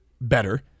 better –